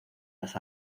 las